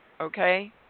okay